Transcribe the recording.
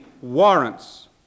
warrants